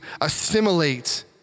assimilate